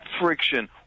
friction